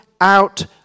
out